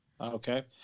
okay